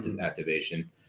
activation